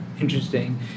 Interesting